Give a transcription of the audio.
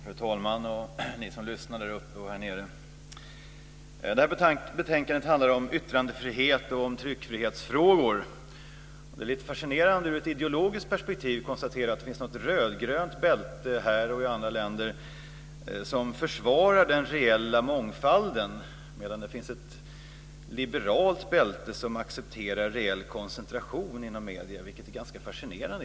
Fru talman! Ni som lyssnar där uppe och här nere! Detta betänkande handlar om yttrandefrihet och tryckfrihetsfrågor. Det är lite fascinerande ur ett ideologiskt perspektiv att konstatera att det finns något rödgrönt bälte här och i andra länder som försvarar den reella mångfalden, medan det finns ett liberalt bälte som accepterar reell koncentration inom medierna, vilket egentligen är ganska fascinerande.